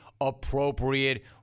appropriate